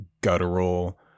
guttural